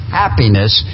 happiness